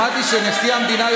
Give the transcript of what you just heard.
שמעתי שנשיא המדינה,